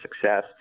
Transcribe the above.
success